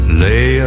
lay